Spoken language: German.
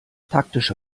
taktische